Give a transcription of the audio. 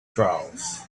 trials